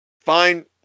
fine